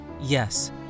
yes